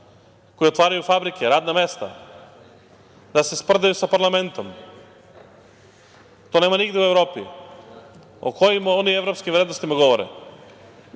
koji otvaraju fabrike, radna mesta, da se sprdaju sa parlamentom. To nema nigde u Evropi. O kojim oni evropskim vrednostima govore?